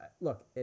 look